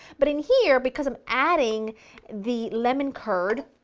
but in here because i'm adding the lemon curd,